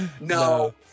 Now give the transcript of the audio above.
No